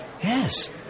Yes